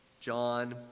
...John